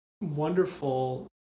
wonderful